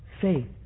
faith